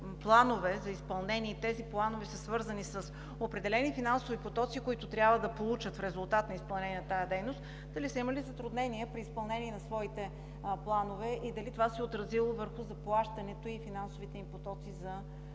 планове за изпълнение и тези планове са свързани с определени финансови потоци, които трябва да получат в резултат на тази дейност, дали са имали затруднения при изпълнение на своите планове и дали това се е отразило върху заплащането и финансовите им потоци за